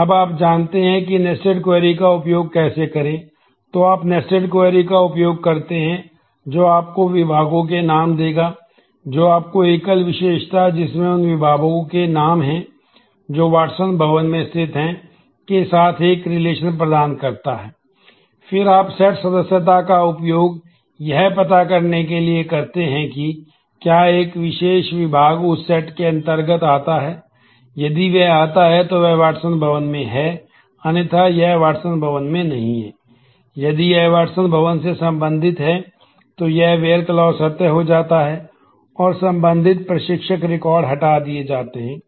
अब आप जानते हैं कि नेस्टेड क्वेरी हटा दिए जाते हैं